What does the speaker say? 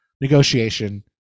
negotiation